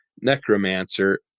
necromancer